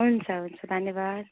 हुन्छ हुन्छ धन्यवाद